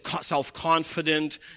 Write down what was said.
self-confident